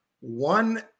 one